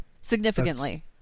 Significantly